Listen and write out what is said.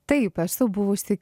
taip esu buvusi